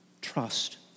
trust